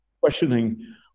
questioning